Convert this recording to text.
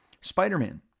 Spider-Man